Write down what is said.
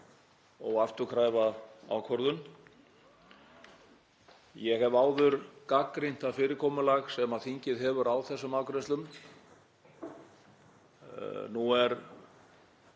óafturkræfa ákvörðun. Ég hef áður gagnrýnt það fyrirkomulag sem þingið hefur á þessum afgreiðslum. Nú er